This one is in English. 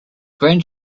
grand